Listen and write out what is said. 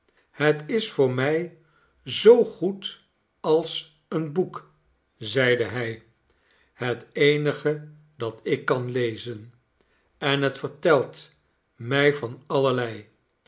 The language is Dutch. het is voor mij zoo goed als een boek zeide hij het eenige dat ik kan lezen en het vertelt mij van allerlei